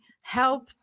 help